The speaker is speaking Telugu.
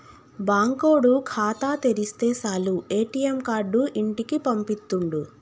బాంకోడు ఖాతా తెరిస్తె సాలు ఏ.టి.ఎమ్ కార్డు ఇంటికి పంపిత్తుండు